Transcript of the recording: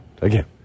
Again